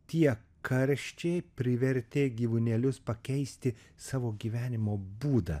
tie karščiai privertė gyvūnėlius pakeisti savo gyvenimo būdą